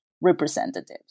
representatives